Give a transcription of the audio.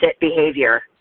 behavior